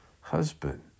husband